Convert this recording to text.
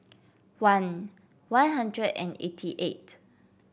one One Hundred and eighty eight